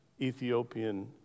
Ethiopian